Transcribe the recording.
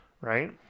Right